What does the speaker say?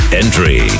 entry